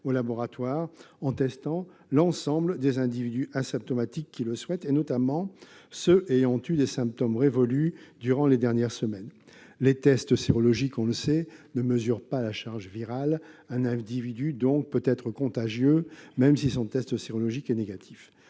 aux laboratoires en testant l'ensemble des individus asymptomatiques qui le souhaitent, notamment ceux ayant eu des symptômes révolus durant les dernières semaines. Les tests sérologiques, on le sait, ne mesurent pas la charge virale : un individu peut donc être contagieux, même si son test sérologique est négatif.